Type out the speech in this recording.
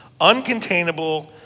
Uncontainable